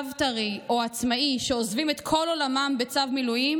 אב טרי או עצמאי שעוזבים את כל עולמם בצו מילואים,